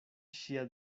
ŝia